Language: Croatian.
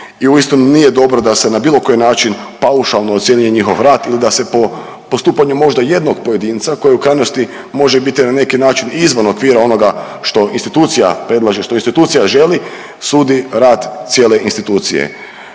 i uistinu nije dobro da se na bilo koji način paušalno ocjenjuje njihov rad ili da se po postupanju možda jednog pojedinca koji u krajnosti može biti na neki način i izvan okvira onoga što institucija predlaže, što institucija